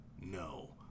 No